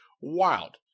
Wild